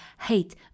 hate